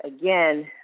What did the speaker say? again